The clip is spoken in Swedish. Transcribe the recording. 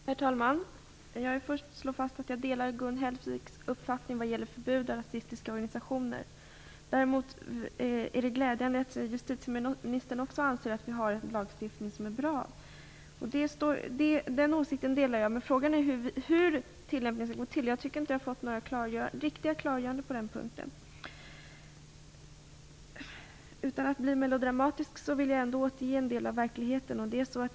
Herr talman! Jag vill först slå fast att jag delar Gun Hellsviks uppfattning om förbud mot rasistiska organisationer. Det är glädjande att också justitieministern anser att vi har en bra lagstiftning. Frågan är hur den skall tillämpas, och jag tycker inte att jag på den punkten har fått några riktiga klargöranden. Utan att bli melodramatisk vill jag återge en del av verkligheten.